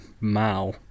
Mao